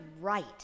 right